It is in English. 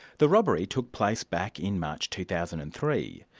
the robbery took place back in march two thousand and three.